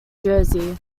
jersey